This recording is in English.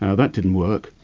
ah that didn't work.